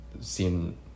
seen